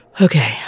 Okay